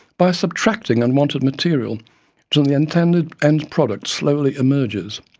by subtracting unwanted material until the intended end product slowly emerges.